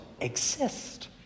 exist